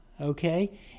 Okay